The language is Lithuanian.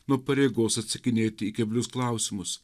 nuo pareigos atsakinėti į keblius klausimus